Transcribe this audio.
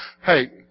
Hey